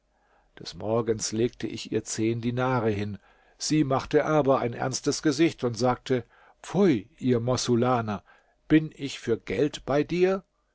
des morgens legte ich ihr zehn dinare hin sie machte aber ein ernstes gesicht und sagte pfui ihr mossulaner bin ich für geld bei dir